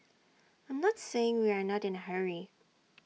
I'm not saying we are not in A hurry